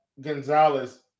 Gonzalez